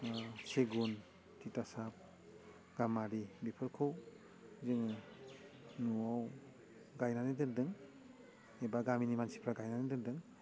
सिगुन थिथासाफ गामारि बेफोरखौ जोङो न'वाव गायनानै दोनदों एबा गामिनि मानसिफ्रा गायनानै दोनदों